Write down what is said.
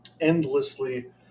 endlessly